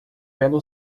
belo